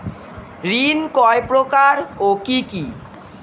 ঋণ কয় প্রকার ও কি কি?